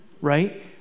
right